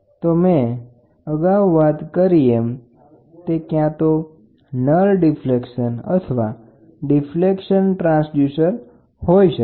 તો મેં અગાઉ વાત કરી એમ તે ક્યા તો શૂન્ય ડીફ્લેક્શન અથવા ડીફ્લેક્શન ટ્રાન્સડ્યુસર હોઈ શકે